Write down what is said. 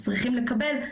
צריכים לקבל,